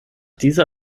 dieser